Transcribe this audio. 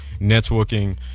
networking